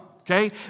okay